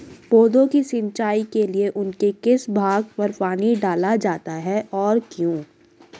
पौधों की सिंचाई के लिए उनके किस भाग पर पानी डाला जाता है और क्यों?